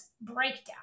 breakdown